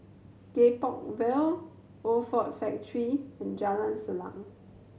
Gek Poh Ville Old Ford Factory and Jalan Salang